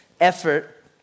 effort